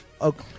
okay